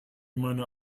meine